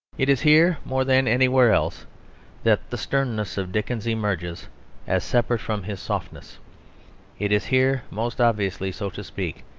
it is here more than anywhere else that the sternness of dickens emerges as separate from his softness it is here, most obviously, so to speak,